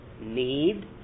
need